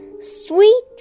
sweet